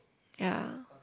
ya